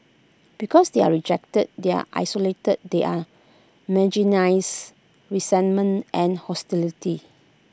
because they are rejected they are isolated they are marginalise resentment and hostility